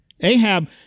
Ahab